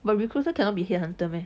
but recruiter cannot be headhunter meh